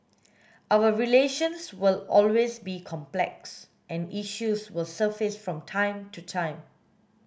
our relations will always be complex and issues will surface from time to time